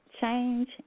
change